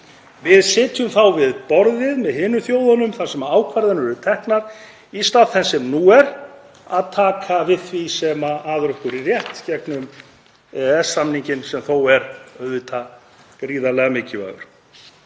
Við sitjum þá við borðið með hinum þjóðunum þar sem ákvarðanir eru teknar í stað þess sem nú er, að taka við því sem að okkur er rétt gegnum, EES-samninginn, sem þó er auðvitað gríðarlega mikilvægur.